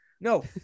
No